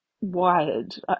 wired